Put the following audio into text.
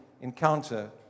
encounter